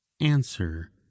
Answer